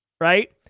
right